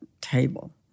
table